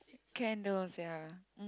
candles ya